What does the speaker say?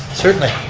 certainly.